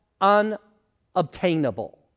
unobtainable